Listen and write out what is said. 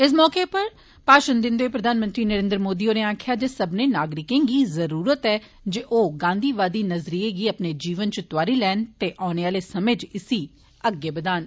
इस मौके उप्पर भाषण दिन्दे होई प्रधानमंत्री नरेन्द्र मोदी होरें आक्खेया जे सब्बने नागरिकें गी जरुरत ऐ जे ओ गांधीवादी नज़रियें गी अपने जीवन च त्आरी लैन ते औने आले समे च इसी अग्गे बदान